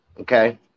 okay